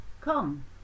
Come